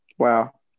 Wow